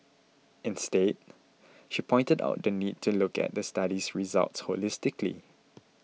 instead she pointed out the need to look at the study's results holistically